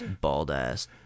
bald-ass